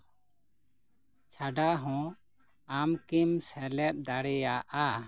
ᱪᱷᱟᱰᱟ ᱦᱚᱸ ᱟᱢᱠᱤᱢ ᱥᱮᱞᱮᱫ ᱫᱟᱲᱮᱭᱟᱜᱼᱟ